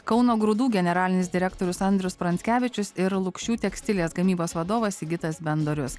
kauno grūdų generalinis direktorius andrius pranckevičius ir lukšių tekstilės gamybos vadovas sigitas bendorius